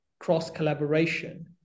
cross-collaboration